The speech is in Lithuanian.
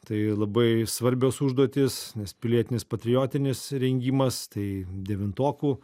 tai labai svarbios užduotys nes pilietinis patriotinis rengimas tai devintokų